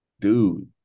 dude